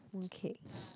mooncake